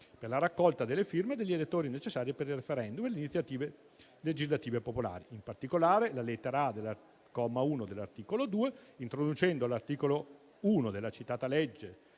per la raccolta delle firme degli elettori necessari per il referendum e le iniziative legislative popolari. In particolare, la lettera a) del comma 1 dell'articolo 2, introducendo all'articolo 1 della citata legge